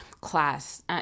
class